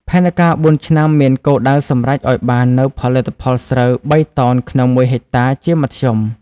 ផែនការបួនឆ្នាំមានគោលដៅសម្រេចឱ្យបាននូវផលិតផលស្រូវបីតោនក្នុងមួយហិកតាជាមធ្យម ។